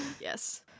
Yes